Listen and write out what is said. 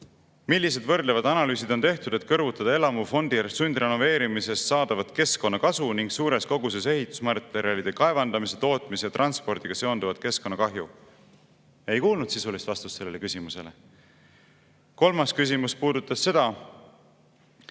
millised võrdlevad analüüsid on tehtud, et kõrvutada elamufondi sundrenoveerimisest saadavat keskkonnakasu ning suures koguses ehitusmaterjalide kaevandamise, tootmise ja transpordiga seonduvat keskkonnakahju? Ei kuulnud sisulist vastust sellele küsimusele. Kolmas küsimus puudutas seda,